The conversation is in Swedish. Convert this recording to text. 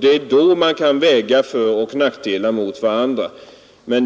Det är då man kan väga föroch nackdelar mot varandra.